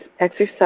Exercise